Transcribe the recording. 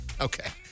Okay